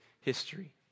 history